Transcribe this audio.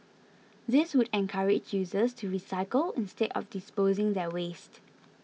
this would encourage users to recycle instead of disposing their waste